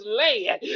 land